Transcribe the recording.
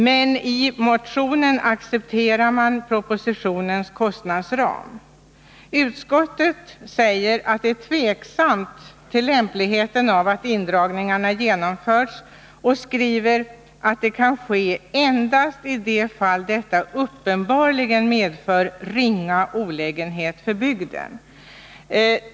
Men i motionen accepterar man propositionens kostnadsram. Utskottet säger att det ställer sig tveksamt till lämpligheten av att indragningarna genomförs och uttalar att detta bör ske endast i de fall detta uppenbarligen medför ringa olägenhet för bygden.